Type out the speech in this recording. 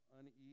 uneasy